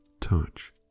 touch